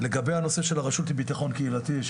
לגבי הנושא של הרשות לבטחון קהילתי,